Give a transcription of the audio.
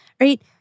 right